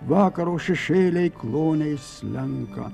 vakaro šešėliai kloniais slenka